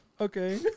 okay